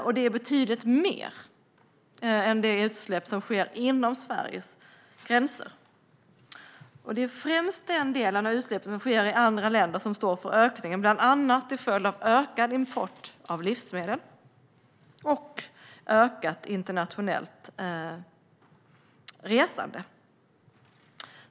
Den är betydligt större än de utsläpp som sker inom Sveriges gränser. Det är främst den del av utsläppen som sker i andra länder som står för ökningen, bland annat till följd av ökad import av livsmedel och ökat internationellt resande.